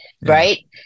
right